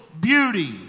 beauty